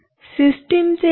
सिस्टीमचे काम असेच होते